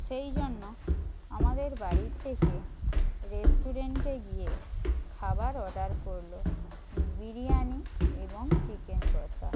সেই জন্য আমাদের বাড়ি থেকে রেস্টুরেন্টে গিয়ে খাবার অর্ডার করলো বিরিয়ানি এবং চিকেন কষা